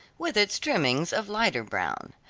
with its trimmings of lighter brown.